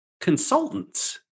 Consultants